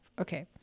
Okay